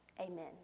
Amen